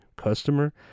customer